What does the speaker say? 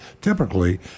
typically